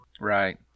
Right